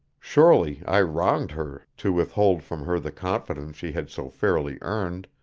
surely i wronged her to withhold from her the confidence she had so fairly earned,